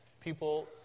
People